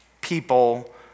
people